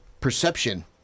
perception